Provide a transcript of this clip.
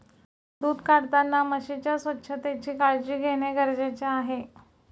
दूध काढताना म्हशीच्या स्वच्छतेची काळजी घेणे गरजेचे आहे